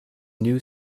new